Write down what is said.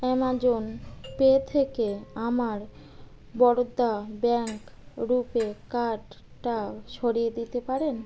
Amazon Pay থেকে আমার Baroda bank RuPay কার্ডটা সরিয়ে দিতে পারেন